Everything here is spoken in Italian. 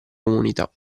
comunità